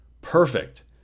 perfect